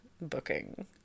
booking